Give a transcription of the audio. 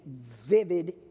vivid